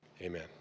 Amen